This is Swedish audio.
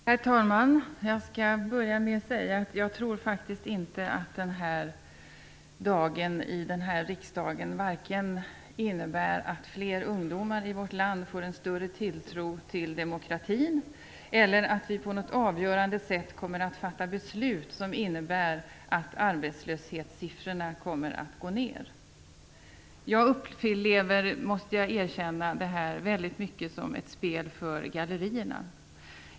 Herr talman! Jag skall börja med att säga att jag faktiskt inte tror att den här dagen här i riksdagen innebär vare sig att fler ungdomar i vårt land får en större tilltro till demokratin eller att vi på något avgörande sätt kommer att fatta beslut som innebär att arbetslöshetssiffrorna kommer att gå ned. Jag upplever, måste jag erkänna, det här väldigt mycket som ett spel för gallerierna.